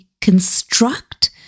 construct